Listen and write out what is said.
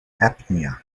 apnea